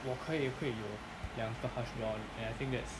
我可以会有两个 hash brown and I think that's